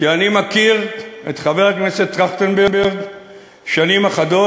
כי אני מכיר את חבר הכנסת טרכטנברג שנים אחדות,